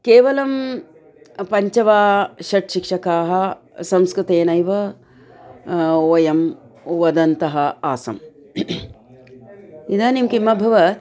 केवलं पञ्च वा षट् शिक्षकाः संस्कृतेनैव वयं वदन्तः आसम् इदानीं किम् अभवत्